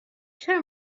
چرا